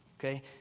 Okay